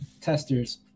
testers